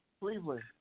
Cleveland